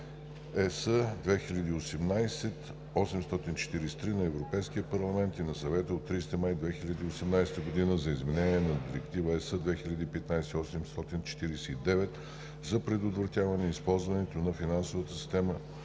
(ЕС) 2018/843 на Европейския парламент и на Съвета от 30 май 2018 г. за изменение на Директива (ЕС) 2015/849 за предотвратяване използването на финансовата система